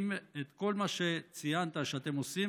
כל מה שציינת שאתם עושים,